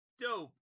dope